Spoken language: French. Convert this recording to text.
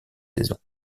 saison